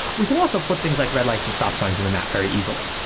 we can also put things like red lights and stop signs in the map very easily.